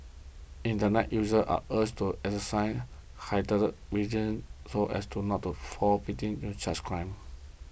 internet users are urged to exercise heightened so as to not to fall victim to such crimes